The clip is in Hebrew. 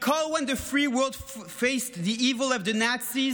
Recall when the free world faced the evil of the Nazis,